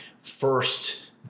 first